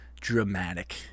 dramatic